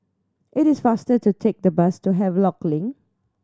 it is faster to take the bus to Havelock Link